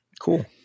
Cool